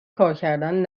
کارکردن